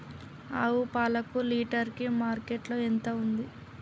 ఆవు పాలకు లీటర్ కి మార్కెట్ లో ఎంత ఉంది?